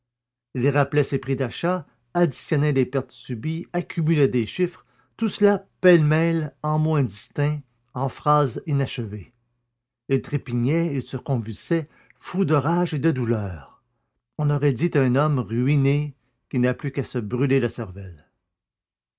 il rappelait ses prix d'achat additionnait les pertes subies accumulait des chiffres tout cela pêle-mêle en mots indistincts en phrases inachevées il trépignait il se convulsait fou de rage et de douleur on aurait dit un homme ruiné qui n'a plus qu'à se brûler la cervelle